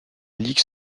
ligue